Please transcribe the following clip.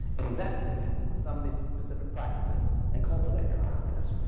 invest in it with some of these specific practices and cultivate your happiness.